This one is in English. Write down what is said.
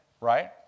Right